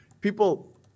people